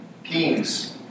Kings